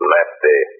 Lefty